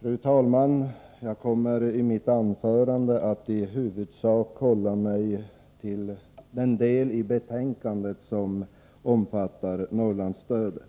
Fru talman! Jag kommer i mitt anförande att i huvudsak hålla mig till den del i betänkandet som omfattar Norrlandsstödet.